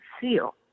seal